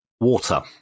water